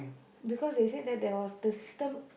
because they said that there was the system